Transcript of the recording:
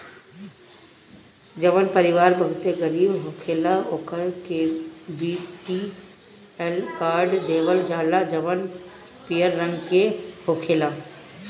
जवन परिवार बहुते गरीब होखेला ओकरा के बी.पी.एल कार्ड देवल जाला जवन पियर रंग के होखेला